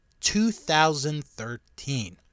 2013